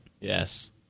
Yes